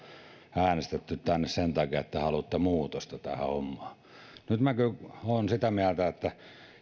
äänestetty tänne sen takia että te haluatte muutosta tähän hommaan nyt minä kyllä olen sitä mieltä että